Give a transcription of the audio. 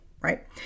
right